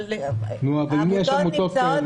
אבל העמותות נמצאות